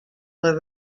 were